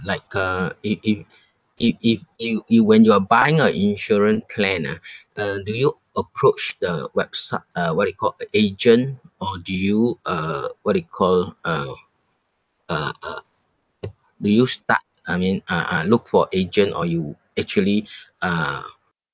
like uh if if if if you you when you are buying a insurance plan ah uh do you approach the website uh what it called agent or do you uh what you call uh uh uh do you start I mean uh uh look for agent or you actually uh